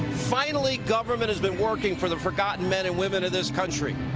finally government has been working for the forgotten men and women of this country.